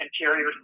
interior